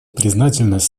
признательность